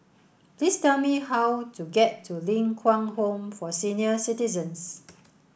please tell me how to get to Ling Kwang Home for Senior Citizens